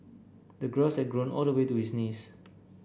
the grass had grown all the way to his knees